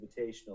Invitational